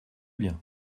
bien